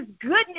goodness